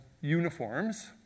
uniforms